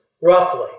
roughly